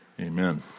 Amen